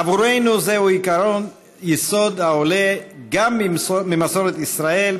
עבורנו זהו עקרון יסוד העולה גם ממסורת ישראל,